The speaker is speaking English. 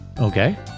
Okay